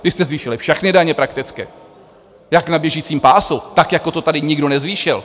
Vy jste zvýšili všechny daně prakticky, jak na běžícím pásu, tak, jak to tady nikdo nezvýšil.